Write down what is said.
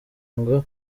ngo